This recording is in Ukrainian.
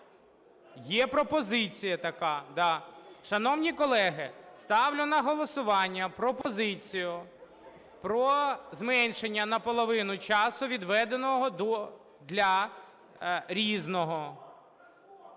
Є пропозиція така, да. Шановні колеги, ставлю на голосування пропозицію про зменшення наполовину часу, відведеного для "Різного".